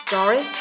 Sorry